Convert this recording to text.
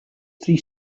three